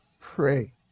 pray